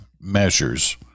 measures